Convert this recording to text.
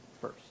first